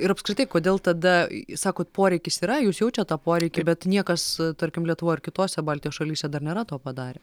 ir apskritai kodėl tada sakot poreikis yra jūs jaučiat tą poreikį bet niekas tarkim lietuvoj ar kitose baltijos šalyse dar nėra to padarę